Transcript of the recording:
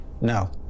no